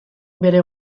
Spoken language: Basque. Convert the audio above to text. bere